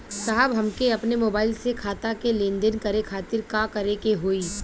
साहब हमके अपने मोबाइल से खाता के लेनदेन करे खातिर का करे के होई?